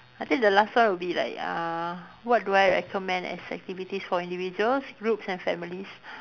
I think the last one would be like uh what do I recommend as activities for individuals groups and families